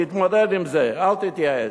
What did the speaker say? תתמודד עם זה, אל תתייאש.